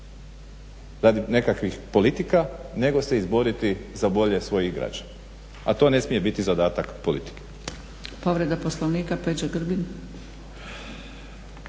nekakvih politika nego se izboriti za bolje svojih građana. A to ne smije biti zadatak politike.